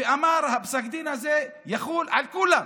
הוא אמר: פסק הדין הזה יחול על כולם.